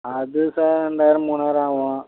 அது சார் ரெண்டாயிரம் மூணாயிரம் ஆகும்